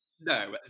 No